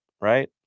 Right